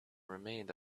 remained